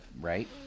right